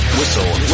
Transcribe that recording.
Whistle